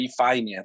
refinance